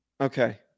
Okay